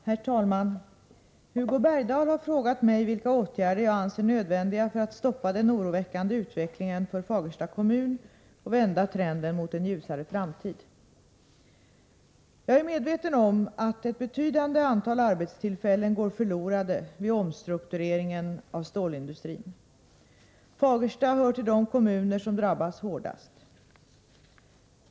Herr talman! Hugo Bergdahl har frågat mig vilka åtgärder jag anser nödvändiga för att stoppa den oroväckande utvecklingen för Fagersta kommun och vända trenden mot en ljusare framtid. Jag är medveten om att ett betydande antal arbetstillfällen går förlorade vid omstruktureringen av stålindustrin. Fagersta hör till de kommuner som drabbats hårdast.